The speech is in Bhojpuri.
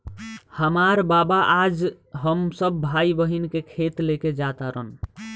हामार बाबा आज हम सब भाई बहिन के खेत लेके जा तारन